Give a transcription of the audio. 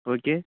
okay